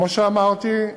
כמו שאמרתי,